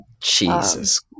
Jesus